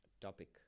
topic